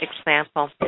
example